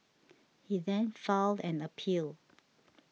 he then filed an appeal